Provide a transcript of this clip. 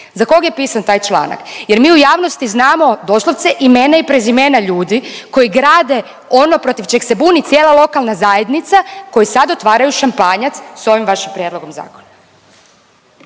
Za kog je pisan taj članak? Jer mi u javnosti znamo doslovce imena i prezimena ljudi koji grade ono protiv čeg se buni cijela lokalna zajednica koji sad otvaranja šampanjac s ovim vašim prijedlogom zakona.